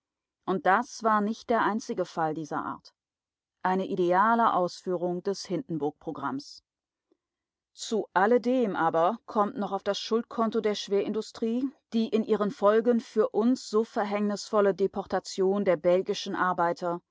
und das war nicht der einzige fall dieser art eine ideale ausführung des hindenburg-programms zu alledem aber kommt noch auf das schuldkonto der schwerindustrie die in ihren folgen für uns so verhängnisvolle deportation der belgischen arbeiter